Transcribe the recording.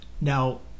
Now